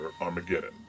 Armageddon